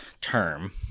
term